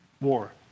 War